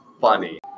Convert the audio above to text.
funny